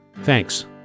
Thanks